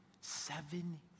Seven